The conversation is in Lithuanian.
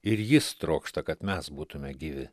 ir jis trokšta kad mes būtume gyvi